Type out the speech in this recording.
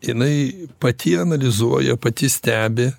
jinai pati analizuoja pati stebi